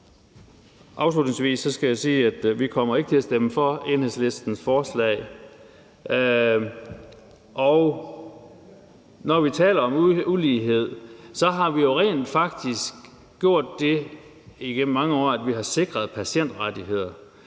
Afslutningsvis skal jeg sige, at vi ikke kommer til at stemme for Enhedslistens forslag. Og når vi taler om ulighed, har vi rent faktisk gjort dét igennem mange år, at vi har sikret patientrettigheder,